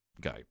guy